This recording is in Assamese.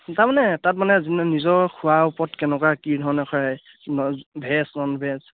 তাৰমানে তাত মানে নিজৰ খোৱাৰ ওপৰত কেনেকুৱা কি ধৰণে হয় নন ভেজ নন ভেজ